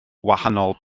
wahanol